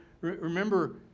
remember